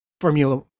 Formula